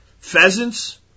Pheasants